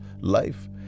life